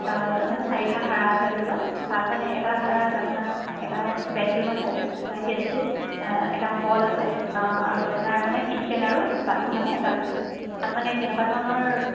মানে চাৰিটা ভাড়া আছে ধৰি লওক তাত মানে এটা ভাড়াত আপোনাৰ এটা বেডৰুম আছে এটা গেষ্ট ৰুম এটা হল আছে আৰু আপোনাৰ মানে কিটচেন আৰু বাথৰুম মানে এটাচ আছে তাত মানে কেনকুৱা ধৰণৰ